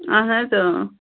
اَہَن حظ إں